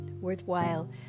worthwhile